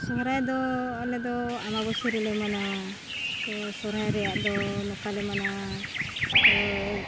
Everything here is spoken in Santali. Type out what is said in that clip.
ᱥᱚᱦᱨᱟᱭ ᱫᱚ ᱟᱞᱮ ᱫᱚ ᱟᱢᱵᱟ ᱵᱟᱹᱥᱭᱟᱹ ᱨᱮᱞᱮ ᱢᱟᱱᱟᱣᱟ ᱛᱚ ᱥᱚᱦᱨᱟᱭ ᱨᱮᱭᱟᱜ ᱫᱚ ᱱᱚᱝᱠᱟᱞᱮ ᱢᱟᱱᱟᱣᱟ ᱛᱚ